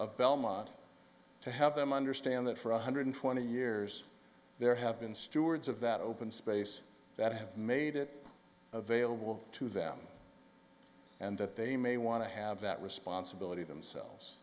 of belmont to have them understand that for one hundred twenty years there have been stewards of that open space that have made it available to them and that they may want to have that responsibility themselves